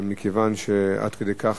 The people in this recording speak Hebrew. אבל מכיוון שעד כדי כך,